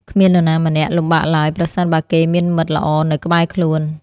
គ្មាននរណាម្នាក់លំបាកឡើយ ប្រសិនបើគេមានមិត្តល្អនៅក្បែរខ្លួន។